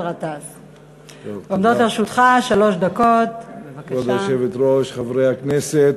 היושבת-ראש, חברי הכנסת,